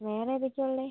വേറെ ഏതൊക്കെയാണ് ഉള്ളത്